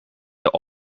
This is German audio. der